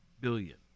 billion